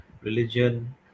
religion